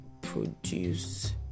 produce